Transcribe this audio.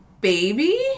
baby